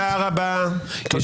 שלטונית.